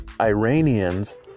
Iranians